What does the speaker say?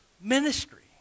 ministry